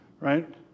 right